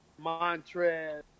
Montrez